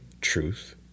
truth